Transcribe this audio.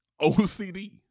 OCD